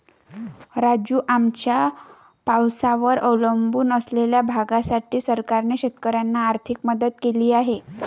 राजू, आमच्या पावसावर अवलंबून असलेल्या भागासाठी सरकारने शेतकऱ्यांना आर्थिक मदत केली आहे